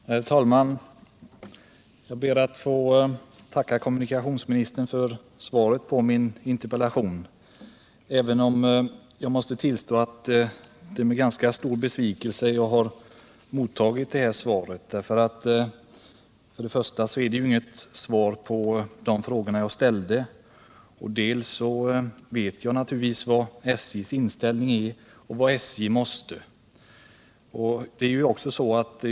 Herr talman! Jag ber att få tacka kommunikationsministern för svaret på min interpellation, även om jag måste tillstå att det är med stor besvikelse jag mottagit detta svar. Dels är det inte svar på de frågor jag ställt, dels vet jag naturligtvis vilken SJ:s inställning är och vad SJ måste.